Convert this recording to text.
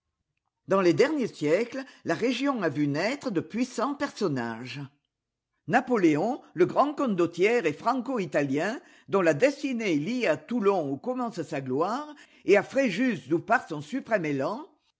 dans les derniers siècles la région a vu naître de puissants personnages napoléon le grand condottiere franco italien dont la destinée est liée à toulon oii commence sa gloire et à fréjus d'où part son suprême élan